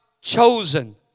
chosen